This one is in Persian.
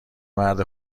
مرد